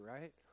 right